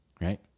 right